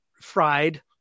fried